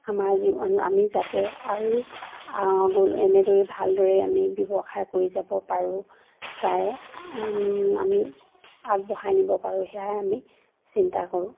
আমাৰ জীৱন আমি যাতে আৰু এনেদৰে ভালদৰে আমি ব্যৱসায় কৰি যাব পাৰোঁ তাৰে আমি আগবঢ়াই নিব পাৰোঁ সেয়াই আমি চিন্তা কৰোঁ